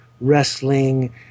wrestling